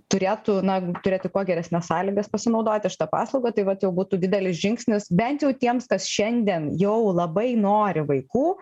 turėtų na turėti kuo geresnes sąlygas pasinaudoti šita paslauga tai vat jau būtų didelis žingsnis bent jau tiems kas šiandien jau labai nori vaikų